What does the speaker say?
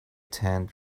tent